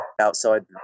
outside